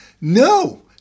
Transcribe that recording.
no